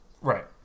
Right